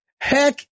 Heck